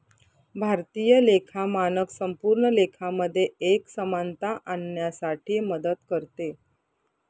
भारतीय लेखा मानक संपूर्ण लेखा मध्ये एक समानता आणण्यासाठी मदत करते